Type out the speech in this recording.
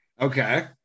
Okay